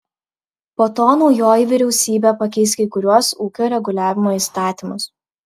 po to naujoji vyriausybė pakeis kai kuriuos ūkio reguliavimo įstatymus